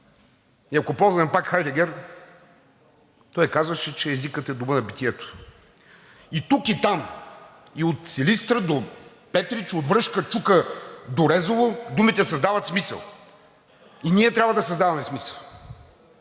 И ако ползваме пак Хайдегер, той казваше, че езикът е домът на битието. И тук, и там, и от Силистра до Петрич, от Връшка чука до Резово думите създават смисъл. И ние трябва да създаваме смисъл.